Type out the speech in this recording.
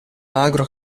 magro